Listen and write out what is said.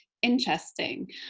interesting